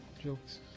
jokes